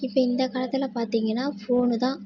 இப்போது இந்த காலத்தில் பார்த்தீங்கன்னா ஃபோனு தான்